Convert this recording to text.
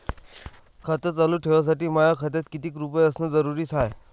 खातं चालू ठेवासाठी माया खात्यात कितीक रुपये असनं जरुरीच हाय?